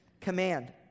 command